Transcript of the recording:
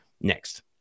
next